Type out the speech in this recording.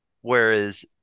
whereas